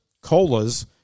COLAs